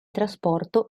trasporto